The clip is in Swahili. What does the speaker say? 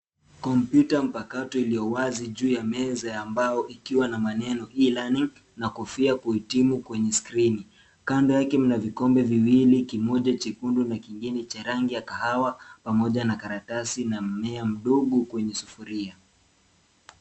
Kompyuta mpakato iliyowazi juu ya meza ya mbao ikiwa na maneno E-learning na kofia ya kuhitimu kwenye skrini. Kando yake mna vikombe viwili, kimoja chekundu na kingine cha rangi ya kahawia, pamoja na karatasi na mmea mdogo kwenye sufuria.